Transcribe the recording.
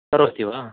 करोति वा